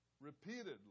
repeatedly